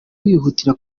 wihutira